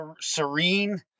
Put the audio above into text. serene